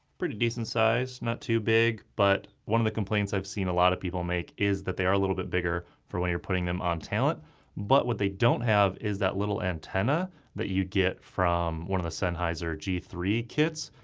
pretty decent size, not too big, but one of the complaints i've seen a lot of people make is that they are a little bit bigger for when you're putting them on talent but what they don't have is that little antennae that you get from one of the sennheiser g three kits.